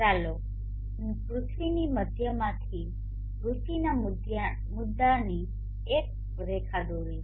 ચાલો હું પૃથ્વીની મધ્યમાંથી રુચિના મુદ્દાથી એક રેખા દોરીશ